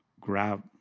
grab